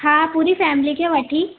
हा पूरी फैमिली खे वठी